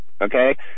okay